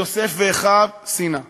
יוסף ואחיו שנאה.